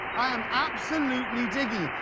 i'm absolutely digging it.